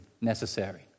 necessary